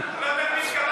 אני לא יודע למי התכוונת,